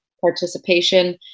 participation